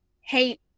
hate